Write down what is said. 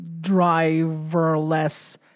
driverless